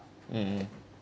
mm